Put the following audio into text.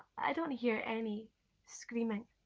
i don't hear any screaming.